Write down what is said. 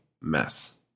mess